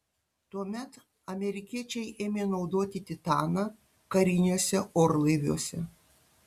tuomet amerikiečiai ėmė naudoti titaną kariniuose orlaiviuose